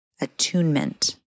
Attunement